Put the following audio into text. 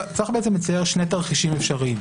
צריך בעצם לצייר שני תרחישים אפשריים.